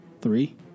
Three